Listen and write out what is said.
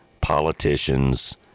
politicians